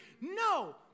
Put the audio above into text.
no